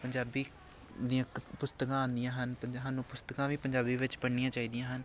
ਪੰਜਾਬੀ ਦੀਆਂ ਕ ਪੁਸਤਕਾਂ ਆਉਂਦੀਆਂ ਹਨ ਪ ਸਾਨੂੰ ਪੁਸਤਕਾਂ ਵੀ ਪੰਜਾਬੀ ਵਿੱਚ ਪੜ੍ਹਨੀਆਂ ਚਾਹੀਦੀਆਂ ਹਨ